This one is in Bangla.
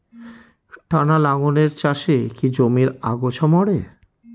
টানা লাঙ্গলের চাষে কি জমির আগাছা মরে?